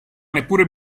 neppur